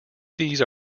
these